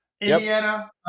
Indiana